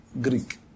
Greek